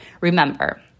remember